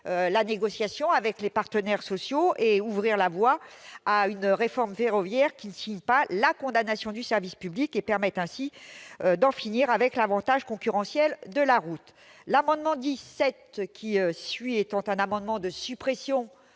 la négociation avec les partenaires sociaux et à ouvrir la voie à une réforme ferroviaire qui ne signe pas la condamnation du service public et permette d'en finir avec l'avantage concurrentiel de la route. L'amendement n° 17, présenté par Mme Assassi,